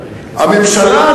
הממשלה,